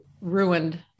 ruined